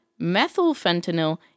methylfentanyl